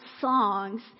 songs